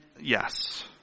yes